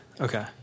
okay